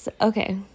Okay